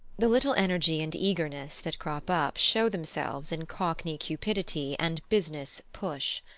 the little energy and eagerness that crop up show themselves in cockney cupidity and business push.